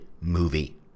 movie